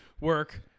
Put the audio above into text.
work